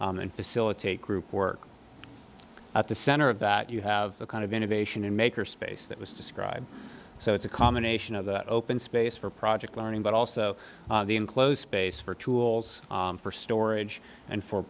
and facilitate group work at the center of that you have the kind of innovation in maker space that was described so it's a combination of that open space for project learning but also the enclosed space for tools for storage and for